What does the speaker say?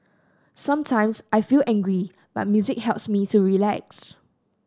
sometimes I feel angry but music helps me to relax